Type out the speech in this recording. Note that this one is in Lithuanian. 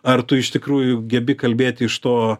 ar tu iš tikrųjų gebi kalbėti iš to